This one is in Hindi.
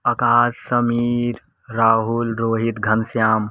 आकाश समीर राहुल रोहित घनश्याम